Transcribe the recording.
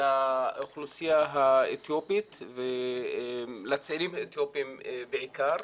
לאוכלוסייה האתיופית ולצעירים האתיופים בעיקר.